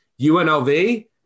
UNLV